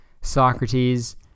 Socrates